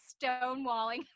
stonewalling